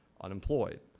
unemployed